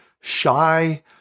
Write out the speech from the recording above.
shy